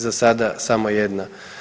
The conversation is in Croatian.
Za sada samo jedna.